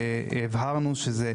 הבהרנו שזה,